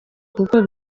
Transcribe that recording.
kuko